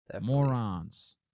Morons